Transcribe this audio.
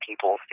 people